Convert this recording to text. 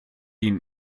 ihn